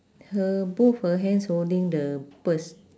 her both her hands holding the purse